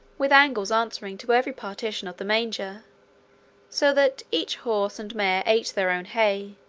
with angles answering to every partition of the manger so that each horse and mare ate their own hay,